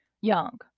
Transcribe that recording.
young